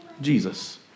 Jesus